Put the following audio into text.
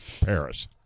Paris